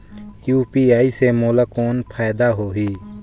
UPI से मोला कौन फायदा होही?